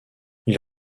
ils